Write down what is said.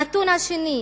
הנתון השני: